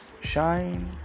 Shine